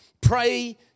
pray